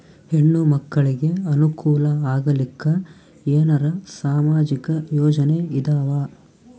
ಹೆಣ್ಣು ಮಕ್ಕಳಿಗೆ ಅನುಕೂಲ ಆಗಲಿಕ್ಕ ಏನರ ಸಾಮಾಜಿಕ ಯೋಜನೆ ಇದಾವ?